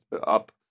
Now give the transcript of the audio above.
up